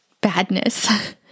badness